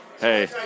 hey